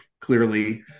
clearly